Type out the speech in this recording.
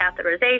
catheterization